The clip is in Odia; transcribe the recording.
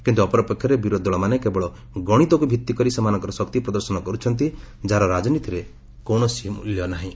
କିନ୍ତୁ ଅପରପକ୍ଷରେ ବିରୋଧୀଦଳ ମାନେ କେବଳ ଗଣିତକୁ ଭିଭିକରି ସେମାନଙ୍କର ଶକ୍ତି ପ୍ରଦର୍ଶନ କରୁଛନ୍ତି ଯାହାର ରାଜନୀତିରେ କୌଣସି ମୂଲ୍ୟ ନାହିଁ